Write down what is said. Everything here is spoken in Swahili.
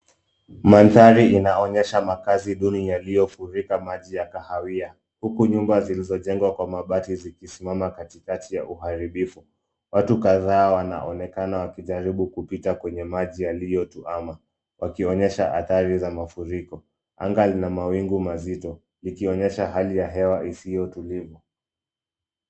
Mandhari inaonyesha makazi duni yaliyofurika katika maji ya kahawia huku nyumba zilizojengwa kwa mabati zikisimama katikati ya uharibifu. Watu kadhaa wanaonekana wakijaribu kupita kwenye maji yaliyotuama wakionyesha athari za mafuriko. Anga lina mawingu mazito likionyesha hali ya hewa isiyo tulivu.